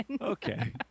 Okay